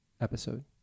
episode